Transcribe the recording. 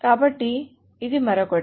కాబట్టి ఇది మరొకటి